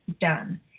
done